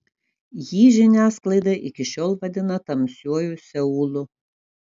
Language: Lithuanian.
jį žiniasklaida iki šiol vadina tamsiuoju seulu